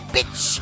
Bitch